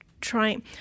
trying-